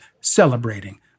celebrating